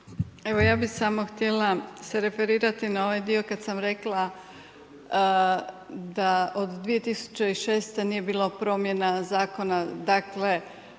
Evo ja bih samo htjela se referirati na ovaj dio kad sam rekla da od 2006. nije bilo promjena zakona, dakle